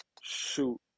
shoot